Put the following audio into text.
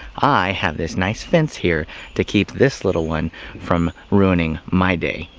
i have this nice fence here to keep this little one from ruining my day.